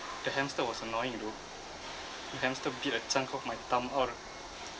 the hamster was annoying though the hamster bit a chunk of my thumb out